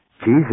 Jesus